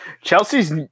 Chelsea's